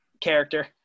Character